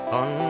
on